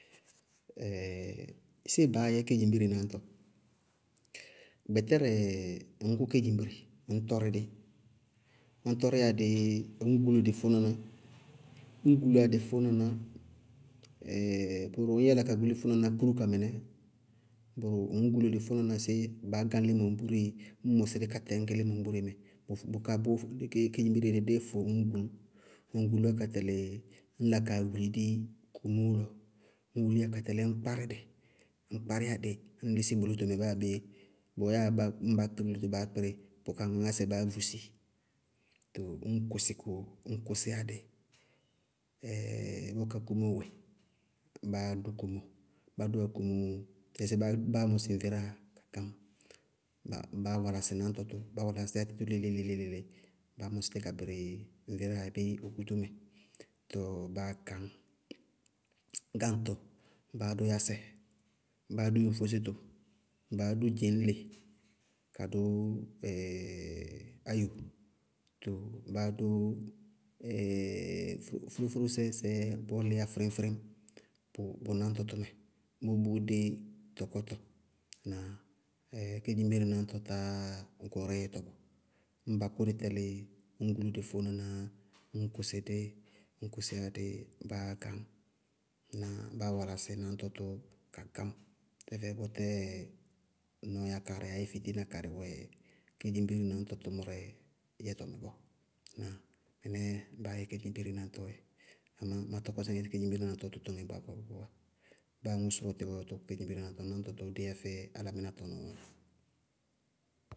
séé baá yɛ kedzimbire náñtɔ? Gbɛtɛrɛ, ŋñ kʋ kedzimbire, ŋñ tɔrɩ dí, ŋñ tɔrɩ a dí ŋñ gúlu dɩ fʋnaná, ñ gúlúwa dɩ fʋnaná, bʋrʋ ŋñ yála ka gúlu dɩ fʋnaná kpúrúka mɩnɛ, bʋrʋ ŋñ gúlu dɩ fʋnaná séé baá gáŋ límɔ ŋbúreé, ññ mɔsɩ dɛ ka tɛñgí límɔ mɛ bʋká bʋʋ kedzimbire dí díí fʋ ññ gúlú, ñ gúlúwa ka tɛlɩ, ññ la kaa wuli dí kumóo lɔ, ñ wuliyá ka tɛlɩ ññ kpárí dɛ ññ kpárí a dɛ ññ lísí bʋ lótomɛ báa bé, bɔɔ yáa bá, ŋ bá kpɩ lótomɛ báá kpɩ bí, bʋ kaŋáŋáa sɛ baá vúsi tɔɔ ññ kʋsɩ dɛ kóo, ñ kʋsíyá dɛ báá dʋ kumóo, bá dʋwá kumóo, mɩnísíɩ báá mɔsɩ ŋveráa ka báá walasɩ náñtɔ tʋ, bá walasíyá tí tʋ lí léle-léle báá mɔsɩ tí ka bɩrɩ ŋveráa abéé okútú mɛ báá gañ. Gáŋtɔ, báádʋ yásɛ báádʋ yofosóto báádʋ dzeñle ka dʋ áyo, too báá dʋ fúrú-fúrúsɛ sɛɛ káa, sɛɛɛ líya fíríñ-fíríñ bʋ náñtɔ dʋ mɛ bʋʋ bʋʋdé tɔkɔtɔ. Ŋnáa? Kedzimbire náñtɔ tá gɔɔrɛ yɛtɔ bɔɔ. Ñ ba kʋdɩ tɛlɩ ññ gulú dɩ fʋnaná, ññ kʋsɩ dí ñ kʋsíyá dí báá gañ na báá lalasɩ náñtɔ tʋ ka gañ. Tɛfɛ bʋtɛɛ nɔɔya karɩ abé fitiina karɩ wɛ kedzimbire náñtɔ tʋmʋrɛ yɛtɔ mɛ bɔɔ. Ŋnáa? Mɩnɛɛ baá yɛ kedzimbire náñtɔɔ yɛ. Aaa ma tɔkɔsɩ kedzimbire náñtɔ wɛ tʋtʋŋɛ gbaagba gbaagba. Báa aŋʋ sʋrʋ ɔtɩ ɔ tɔkɔ kedzimbire náñtɔ, náñtɔ tɔɔ déyá fɛ álámɩná tɔnɔɔ dzɛ.